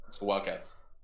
Wildcats